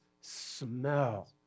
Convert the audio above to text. smell